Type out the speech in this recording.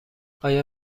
آیا